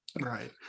Right